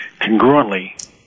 congruently